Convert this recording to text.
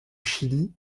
chili